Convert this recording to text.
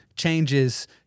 changes